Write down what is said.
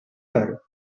her